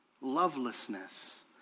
lovelessness